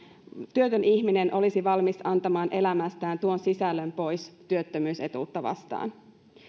työtön ihminen olisi valmis antamaan elämästään tuon sisällön pois työttömyysetuutta vastaan